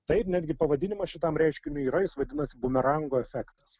taip netgi pavadinimas šitam reiškiniui yra jis vadinasi bumerango efektas